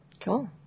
Cool